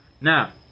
Now